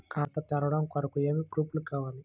ఖాతా తెరవడం కొరకు ఏమి ప్రూఫ్లు కావాలి?